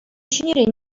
ҫӗнӗрен